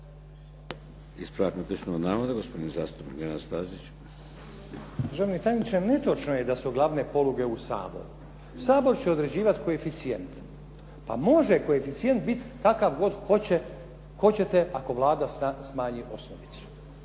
Ispravak netočnog navoda, gospodin zastupnik Nenad Stazić. **Stazić, Nenad (SDP)** Državni tajniče, netočno je da su glavne poluge u Saboru. Sabor će određivati koeficijent. Pa može koeficijent biti kakav god hoćete ako Vlada smanji osnovicu.